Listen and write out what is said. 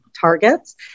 targets